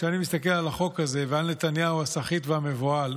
כשאני מסתכל על החוק הזה ועל נתניהו הסחיט והמבוהל,